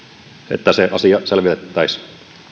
että se asia selvitettäisiin